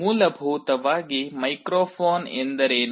ಮೂಲಭೂತವಾಗಿ ಮೈಕ್ರೊಫೋನ್ ಎಂದರೇನು